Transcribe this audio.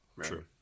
True